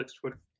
Twitter